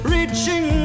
Reaching